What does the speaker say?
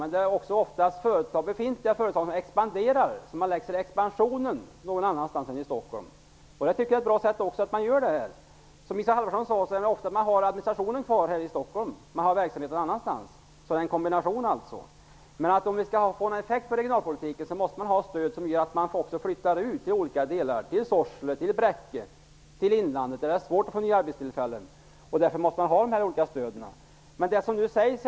Men ofta handlar det om befintliga företag som, när de expanderar, förlägger en del av verksamheten någon annanstans än i Stockholm. Det tycker jag är bra. Som Isa Halvarsson sade finns ofta administrationen kvar i Stockholm även om verksamheten finns någon annanstans. Det är alltså en kombination. Men om det skall bli någon regionalpolitisk effekt måste det finnas stöd som gör att företag också flyttar ut till olika delar av landet där det är svårt att få nya arbetstillfällen, t.ex. till Sorsele, Bräcke och inlandet. Därför måste dessa olika stöd finnas.